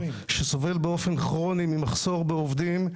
שסובל באופן כרוני ממחסור בעובדים,